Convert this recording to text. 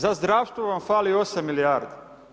Za zdravstvo vam fali 8 milijardi.